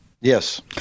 Yes